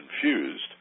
confused